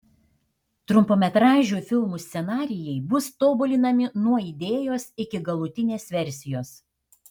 trumpametražių filmų scenarijai bus tobulinami nuo idėjos iki galutinės versijos